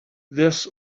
this